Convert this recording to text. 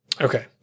Okay